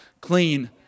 clean